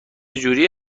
جوری